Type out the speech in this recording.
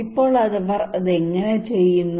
ഇപ്പോൾ അവർ അത് എങ്ങനെ ചെയ്യുന്നു